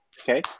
Okay